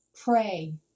Pray